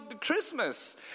Christmas